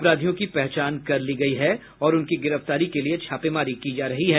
अपराधियों की पहचान कर ली गयी है और उनकी गिरफ्तारी के लिये छापेमारी की जा रही है